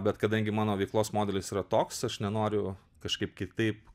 bet kadangi mano veiklos modelis yra toks aš nenoriu kažkaip kitaip